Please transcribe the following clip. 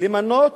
למנות